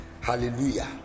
Hallelujah